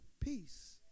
peace